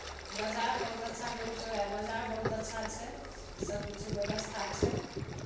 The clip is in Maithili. बजार बहुत अच्छा बेगूसराय बजार बहुत अच्छा छै सबकिछु बेबस्था छै